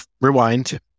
rewind